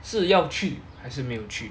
是要去还是没有去